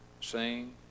sing